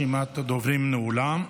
רשימת הדוברים נעולה.